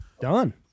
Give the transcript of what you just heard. done